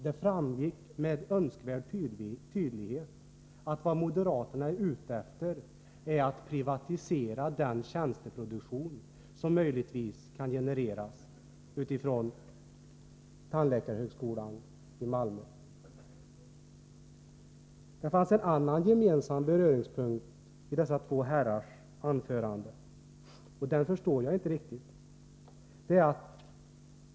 Det framgick med önskvärd tydlighet att vad moderaterna är ute efter är att privatisera den tjänsteproduktion som möjligtvis kan genereras utifrån tandläkarhögskolan i Malmö. Det fanns en annan gemensam beröringspunkt mellan dessa två herrars anföranden, och den förstår jag inte riktigt.